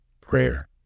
Prayer